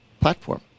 platform